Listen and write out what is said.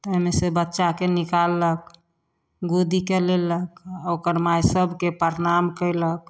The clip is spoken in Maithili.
ताहिमे से बच्चाके निकाललक गोदीके लेलक आओर ओकर माइ सभके प्रणाम कएलक